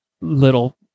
little